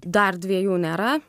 dar dviejų nėra